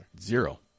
Zero